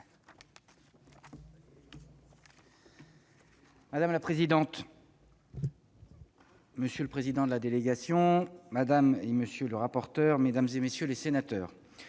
Madame la présidente, monsieur le président de la délégation, madame, monsieur les rapporteurs, mesdames, messieurs les sénateurs,